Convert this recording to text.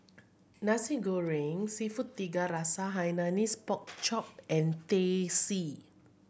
Nasi Goreng Seafood Tiga Rasa Hainanese Pork Chop and Teh C